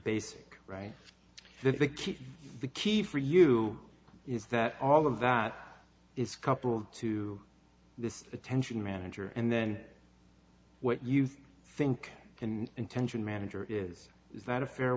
basic right that the key the key for you is that all of that is coupled to this attention manager and then what you think intention manager is that a fair